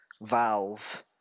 Valve